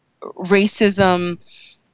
racism